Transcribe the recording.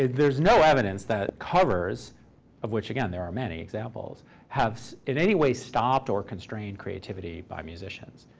there's no evidence that covers of which, again, there are many examples have in any way stopped or constrained creativity by musicians.